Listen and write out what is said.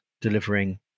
delivering